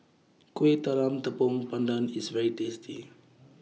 Kueh Talam Tepong Pandan IS very tasty